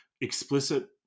explicit